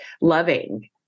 loving